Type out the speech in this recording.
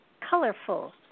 colorful